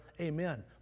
Amen